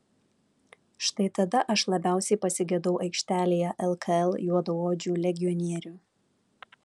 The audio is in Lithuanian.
štai tada aš labiausiai pasigedau aikštelėje lkl juodaodžių legionierių